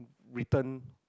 return